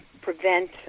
prevent